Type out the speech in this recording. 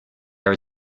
are